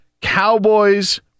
Cowboys